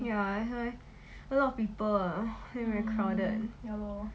ya that's why a lot of people ah then very crowded